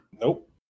Nope